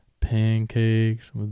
pancakes